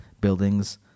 buildings